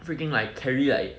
freaking like carry like